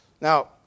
Now